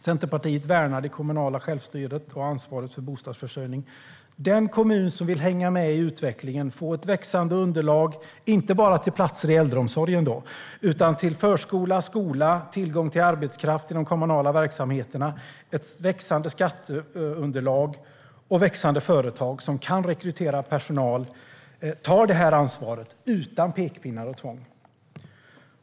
Centerpartiet värnar det kommunala självstyret och ansvaret för bostadsförsörjningen. Den kommun som vill hänga med i utvecklingen - få ett växande underlag, inte bara till platser i äldreomsorgen utan till förskola och skola, få tillgång till arbetskraft i de kommunala verksamheterna, få ett växande skatteunderlag och växande företag som kan rekrytera personal - tar detta ansvar utan pekpinnar och tvång.